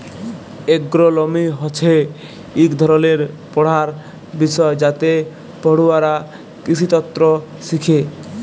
এগ্রোলমি হছে ইক ধরলের পড়ার বিষয় যাতে পড়ুয়ারা কিসিতত্ত শিখে